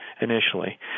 initially